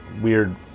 weird